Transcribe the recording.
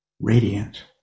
radiant